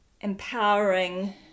empowering